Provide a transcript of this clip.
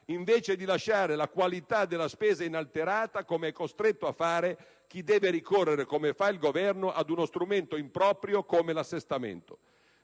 invece di lasciare la qualità della spesa inalterata, come è costretto a fare chi deve ricorrere - come fa il Governo - ad uno strumento improprio come l'assestamento.